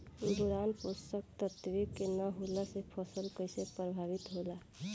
Boron पोषक तत्व के न होला से फसल कइसे प्रभावित होला?